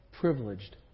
privileged